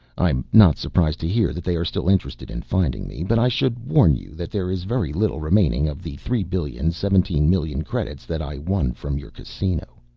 i'm not surprised to hear that they are still interested in finding me. but i should warn you that there is very little remaining of the three-billion, seventeen-million credits that i won from your casino.